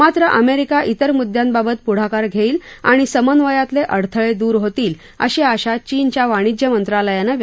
मात्र अमेरिका इतर मुद्दयांबाबत पुढाकार घेईल आणि समन्वयातले अडथळे दूर होतील अशी आशा चीनच्या वाणिज्य मंत्रालयानं व्यक्त केली आहे